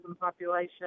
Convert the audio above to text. population